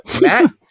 matt